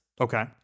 okay